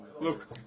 Look